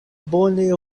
bone